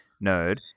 node